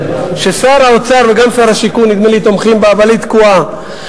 ששר האוצר ונדמה לי שגם שר השיכון תומכים בה אבל היא תקועה,